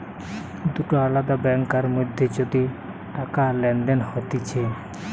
দুটা আলদা ব্যাংকার মধ্যে যদি টাকা লেনদেন হতিছে